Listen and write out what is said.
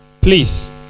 Please